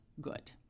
good